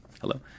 hello